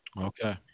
Okay